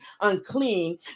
unclean